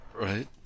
Right